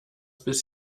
bis